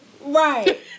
Right